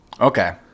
okay